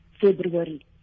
February